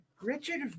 Richard